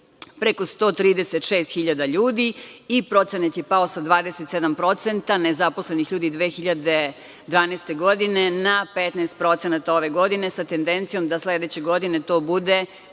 preko 136 hiljada ljudi i procenat je pao sa 27% nezaposlenih ljudi 2012. godine na 15% ove godine, sa tendencijom da sledeće godine to bude